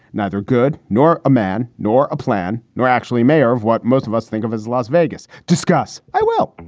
neither good nor a man, nor a plan, nor actually mayor of what most of us think of as las vegas. discuss. i will.